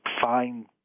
find